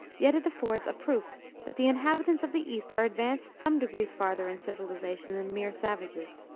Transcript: yet it affords a proof that the inhabitants of the east are advanced some degrees farther in civilization than mere savages,